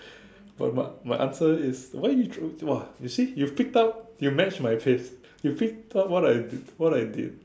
but but my answer is why you ch~ !wah! you see you picked up you match my pace you picked up what I what I did